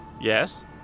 Yes